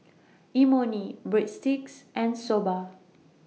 Imoni Breadsticks and Soba